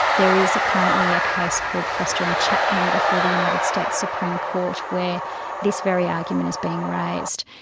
there is currently a case called foster and chatman before the united states supreme court where this very argument is being raised.